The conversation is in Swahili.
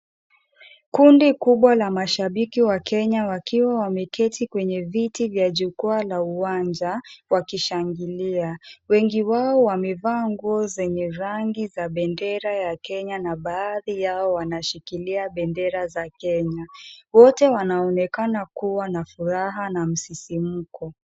Kundi kubwa la mashabiki wa Kenya wakiwa wameketi kwenye viti vya jukwaa la uwanja wakishangilia . Wengi wao wamevaa nguo zenye rangi ya bendera ya Kenya na baadhi yao wanashikilia bendera za Kenya. Wote wanaonekana kuwa na furaha na msisimko.